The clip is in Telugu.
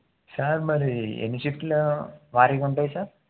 సార్ మరి ఎన్ని షిఫ్ట్లు వారీగుంటాయి సార్